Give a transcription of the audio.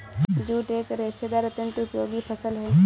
jute एक रेशेदार अत्यन्त उपयोगी फसल है